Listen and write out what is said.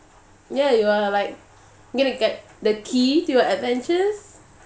ya you are like you are going to get the key to your adventures